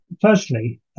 firstly